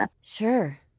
Sure